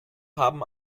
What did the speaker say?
haben